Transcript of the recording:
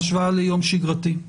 בהשוואה ליום שגרתי?